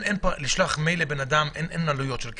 לשלוח מייל לבן אדם, אין עלויות של כסף.